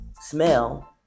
smell